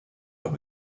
leur